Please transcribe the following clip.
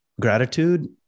gratitude